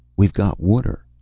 we've got water.